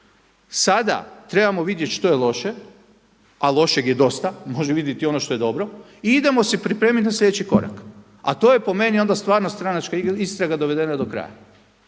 Sada trebamo vidjeti što je loše, a lošeg je dosta. Može vidjet i ono što je dobro i idemo se pripremiti na sljedeći korak, a to je po meni onda stvarno stranačka istraga dovedena do kraja.